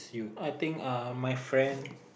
I think uh my friend